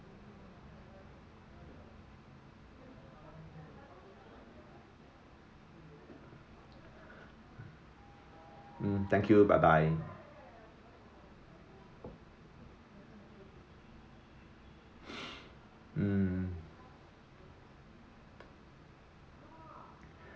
mm thank you bye bye mm